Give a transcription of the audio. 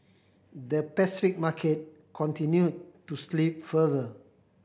the Pacific market continued to slip further